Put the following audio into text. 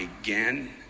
again